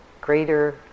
greater